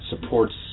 supports